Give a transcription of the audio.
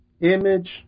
image